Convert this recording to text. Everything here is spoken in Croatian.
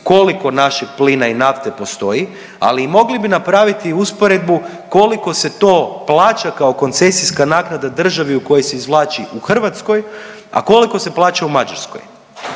koliko našeg plina i nafte postoji, ali mogli bi i napraviti usporedbu koliko se plaća kao koncesijska naknada državi u kojoj se izvlači u Hrvatskoj, a koliko se plaća u Mađarskoj.